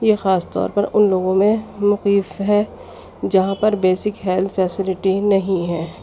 یہ خاص طور پر ان لوگوں میں مقیف ہیں جہاں پر بیسک ہیلتھ فیسلٹی نہیں ہیں